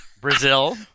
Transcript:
Brazil